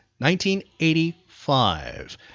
1985